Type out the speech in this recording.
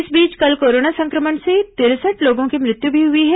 इस बीच कल कोरोना संक्रमण से तिरसठ लोगों की मृत्यु भी हुई है